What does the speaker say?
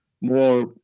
more